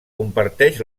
comparteix